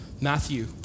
Matthew